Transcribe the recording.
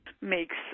Makes